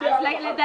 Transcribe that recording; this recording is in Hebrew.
אז לדלג?